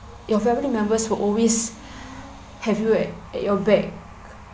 your family members will always have you at at your back